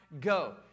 go